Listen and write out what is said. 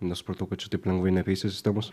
nes supratau kad čia taip lengvai neapeisi sistemos